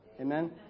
amen